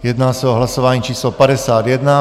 Jedná se o hlasování číslo 51.